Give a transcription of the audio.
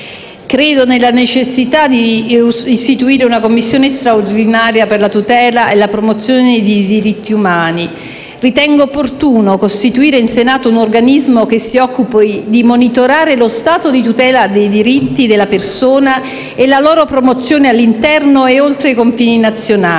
credo nella necessità di istituire una Commissione straordinaria per la tutela e la promozione dei diritti umani. Ritengo opportuno costituire in Senato un organismo che si occupi di monitorare lo stato di tutela dei diritti della persona e la loro promozione all'interno e oltre i confini nazionali.